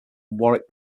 warwick